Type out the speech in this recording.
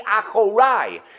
achorai